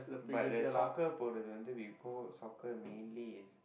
but there's soccer we go soccer mainly is